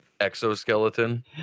exoskeleton